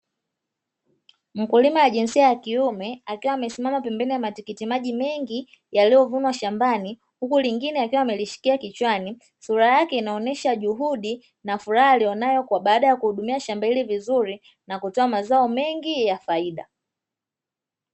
Mkulima wa jinsia ya kiume akiwa amesimama pembeni ya matikiti maji mengi yaliyovunwa shambani, huku lingine akiwa amilishikilia kichwani, sura yake inaonyesha juhudi na furaha aliyo nayo baada ya kuhudumia shamba lake vizuri na kutoa mazao mengi ya faida.